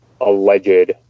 alleged